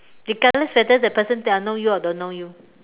regardless whether the person know you or don't know you